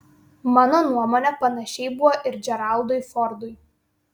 mano nuomone panašiai buvo ir džeraldui fordui